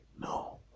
No